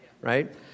right